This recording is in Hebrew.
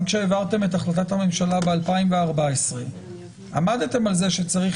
גם כשהעברתם את החלטת הממשלה ב-2014 עמדתם על כך שצריך